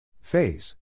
Phase